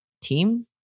team